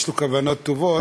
יש לו כוונות טובות,